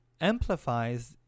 amplifies